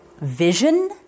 vision